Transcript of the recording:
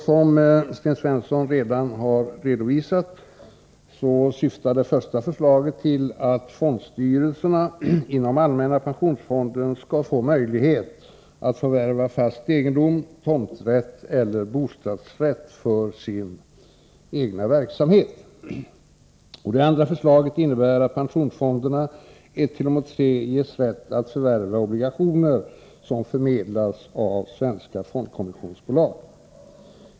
Som Sten Svensson redan har redovisat syftar det första förslaget till att fondstyrelserna inom allmänna pensionsfonden skall få möjlighet att förvärva fast egendom, tomträtt eller bostadsrätt för sin egen verksamhet. Det andra förslaget innebär att första-tredje pensionsfonderna ges rätt att förvärva obligationer som förmedlas av svenska fondkommissionsbolag.